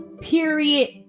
period